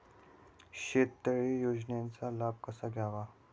शेततळे योजनेचा लाभ कसा घ्यावा?